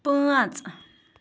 پانٛژھ